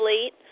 late